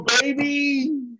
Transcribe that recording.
baby